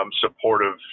supportive